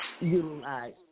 utilize